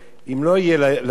אם לא יהיה לבן,